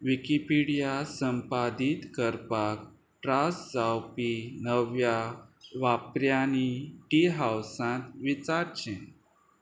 Wikipedia संपादीत करपाक त्रास जावपी नव्या वापर्यांनी टी हावसांत विचारचें